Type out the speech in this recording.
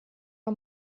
war